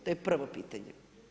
To je prvo pitanje.